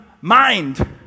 mind